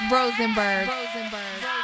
Rosenberg